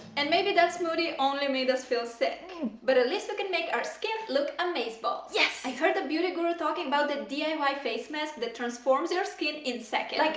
and maybe that smoothie only made us feel sick but at least we can make our skin look amaze-balls. yes! i heard a beauty guru talking about that diy um face mask that transforms your skin in seconds! like